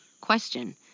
question